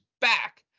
back